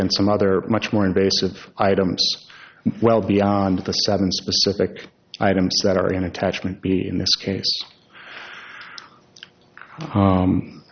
and some other much more invasive items well beyond the seven specific items that are in attachment b in this case